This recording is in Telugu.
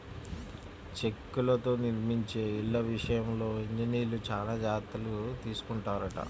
చెక్కలతో నిర్మించే ఇళ్ళ విషయంలో ఇంజనీర్లు చానా జాగర్తలు తీసుకొంటారంట